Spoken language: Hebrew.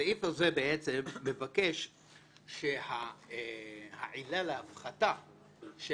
הסעיף הזה בעצם מבקש שהעילה להפחתה של